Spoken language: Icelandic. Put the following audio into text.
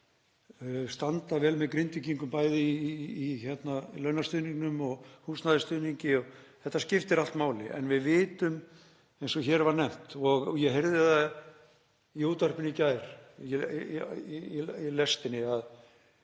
standa vel með Grindvíkingum, bæði í launastuðningi og húsnæðisstuðningi og þetta skiptir allt máli, en við vitum, eins og hér var nefnt og ég heyrði í útvarpinu í gær, í Lestinni, að